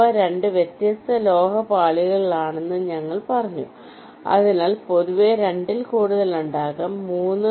അവ 2 വ്യത്യസ്ത ലോഹ പാളികളിലാണെന്ന് ഞങ്ങൾ പറഞ്ഞു എന്നാൽ പൊതുവെ 2 ൽ കൂടുതൽ ഉണ്ടാകാം 3